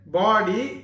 body